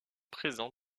présents